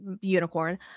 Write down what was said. Unicorn